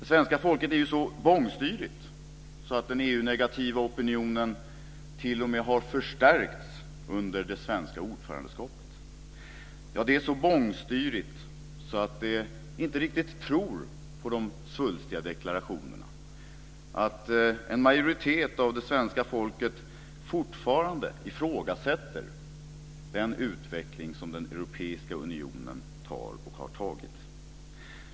Det svenska folket är så bångstyrigt att den svenska EU-negativa opinionen t.o.m. har förstärkts under det svenska ordförandeskapet. Ja, det är så bångstyrigt att det inte riktigt tror på de svulstiga deklarationerna. En majoritet av det svenska folket ifrågasätter fortfarande den utveckling som den europeiska unionen tar och har tagit.